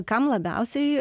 kam labiausiai